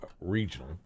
regional